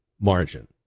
margin